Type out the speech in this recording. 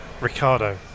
Ricardo